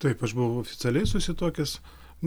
taip aš buvau oficialiai susituokęs